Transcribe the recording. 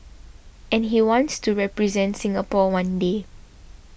and he wants to represent Singapore one day